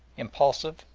impulsive,